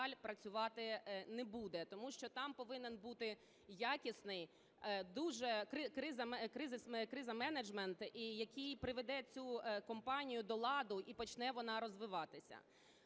працювати не буде, тому що там повинен бути якісний дуже криза-менеджмент, який приведе цю компанію до ладу і почне вона розвиватися.